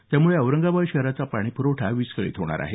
त्यामुळे औरंगाबाद शहराचा पाणी पुरवठा विस्कळीत होणार आहे